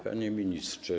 Panie Ministrze!